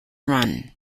run